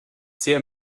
sehr